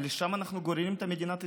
ולשם אנחנו גוררים את מדינת ישראל.